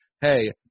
hey